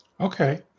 Okay